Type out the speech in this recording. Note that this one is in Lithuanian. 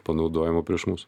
panaudojama prieš mus